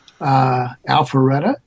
Alpharetta